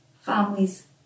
families